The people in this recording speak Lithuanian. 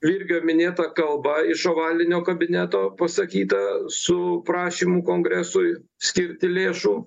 virgio minėta kalba iš ovalinio kabineto pasakyta su prašymu kongresui skirti lėšų